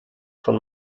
schon